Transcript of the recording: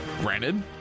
Granted